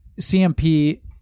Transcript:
CMP